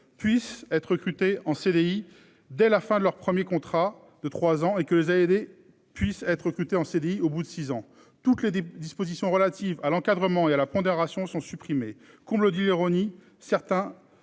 Puisse être recrutés en CDI dès la fin de leur 1er contrat de 3 ans et que les a aidés puisse être recrutés en CDI au bout de six ans. Toutes les dispositions relatives à l'encadrement et à la pondération sont supprimés. Comble d'ironie certains